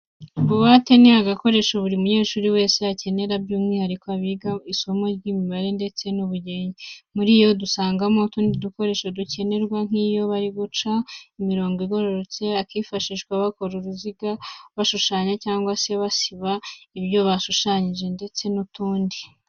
Buwate ni igikoresho buri munyeshuri wese akenera, by'umwihariko abiga isomo ry'imibare ndetse n'ubugenge. Muri yo dusangamo utundi dukoresho dukenerwa nk'iyo bari guca imirongo igororotse, akifashishwa bakora uruziga, bashushanya cyangwa se basiba ibyo bashushanyije ndetse n'utundi.